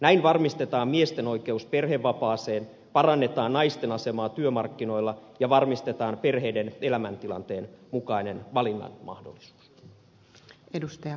näin varmistetaan miesten oikeus perhevapaaseen parannetaan naisten asemaa työmarkkinoilla ja varmistetaan perheiden elämäntilanteen mukainen valinnanmahdollisuus